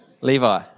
Levi